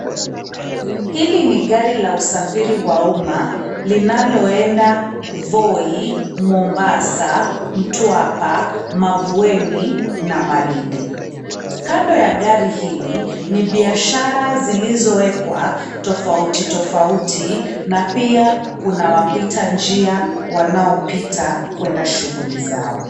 Hili ni gari la usafiri wa uma linalo enda Voi, Mombasa, Mtwapa, Mavueni na Malindi. Kando ya gari hlli ni biashara zilizowekwa tofauti tofauti na pia kuna wapita njia wanaopita kwenda shughuli zao.